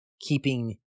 keeping